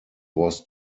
was